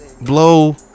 blow